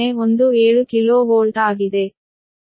017 kilovolt ಆಗಿದೆ